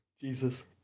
Jesus